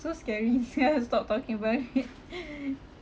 so scary sia stop talking about it